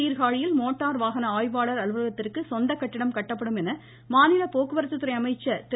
சீர்காழியில் மோட்டார் வாகன ஆய்வாளர் அலுவலகத்திற்கு சொந்த கட்டிடம் கட்டப்படும் என்று மாநில போக்குவரத்துத்துறை அமைச்சர் திரு